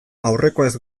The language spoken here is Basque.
aurrekoez